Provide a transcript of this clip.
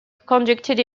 conducted